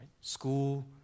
School